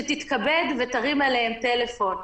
שתתכבד ותרים אליהם טלפון.